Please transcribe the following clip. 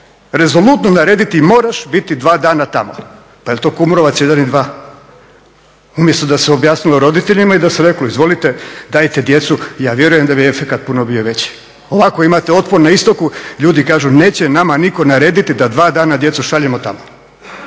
Rezolutno narediti moraš biti 2 dana tamo. Pa jel' to Kumrovac 1 i 2? Umjesto da se objasnilo roditeljima i da se reklo izvolite dajte djecu, ja vjerujem da bi efekat puno bio veći. Ovako imate otpor na istoku, ljudi kažu neće nama nitko narediti da dva dana djecu šaljemo tamo.